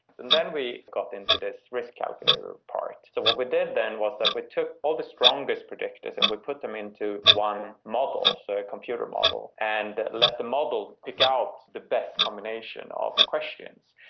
and then we got into this risk calculator part. so what we did then was we took all the strongest predictors and we put them into one model, so a computer model, and let the model pick out the best combination of questions.